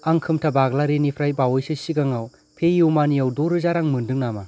आं खोमथा बाग्लारिनिफ्राय बावैसो सिगाङव पे इउ मानिआव द' रोजा रां मोनदों नामा